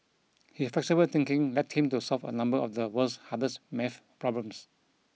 his flexible thinking led him to solve a number of the world's hardest math problems